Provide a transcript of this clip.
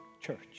church